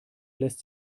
lässt